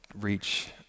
reach